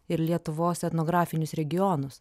ir lietuvos etnografinius regionus